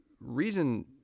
reason